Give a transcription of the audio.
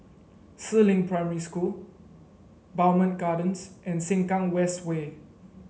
Si Ling Primary School Bowmont Gardens and Sengkang West Way